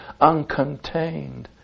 uncontained